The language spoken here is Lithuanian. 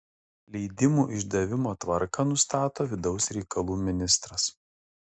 leidimų išdavimo tvarką nustato vidaus reikalų ministras